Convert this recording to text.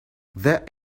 that